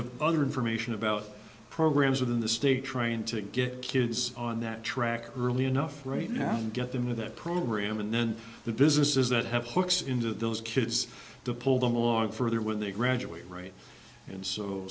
of other information about programs within the state trying to get kids on that track early enough right now and get them into that program and then the businesses that have hooks into those kids to pull them along further when they graduate right and so